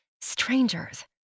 strangers